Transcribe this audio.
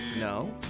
No